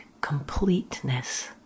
completeness